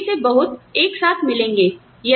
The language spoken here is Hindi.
और उनमें से बहुत एक साथ मिलेंगे